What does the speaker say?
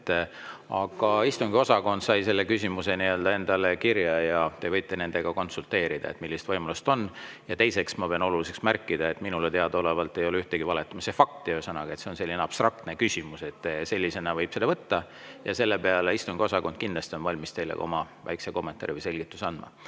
Aga istungiosakond sai selle küsimuse endale kirja ja te võite nendega konsulteerida, millised võimalused on. Teiseks, ma pean oluliseks märkida, et minule teadaolevalt ei ole ühtegi fakti valetamise kohta. Ühesõnaga, see on selline abstraktne küsimus, sellisena võib seda võtta. Selle kohta on istungiosakond kindlasti valmis teile väikese kommentaari või selgituse andma.